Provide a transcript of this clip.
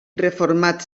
reformat